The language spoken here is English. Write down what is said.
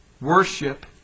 Worship